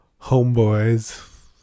homeboys